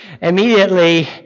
immediately